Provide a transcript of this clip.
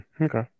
Okay